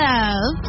Love